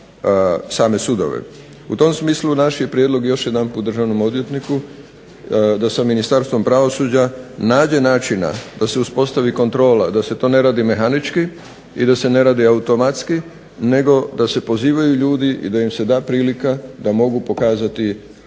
U tom smislu naš je prijedlog državnom odvjetniku da sa Ministarstvom pravosuđa nađe načina da se uspostavi kontrola da se to ne radi mehanički i da se ne radi automatski, nego da se pozivaju ljudi i da im se da prilika da mogu pokazati jesu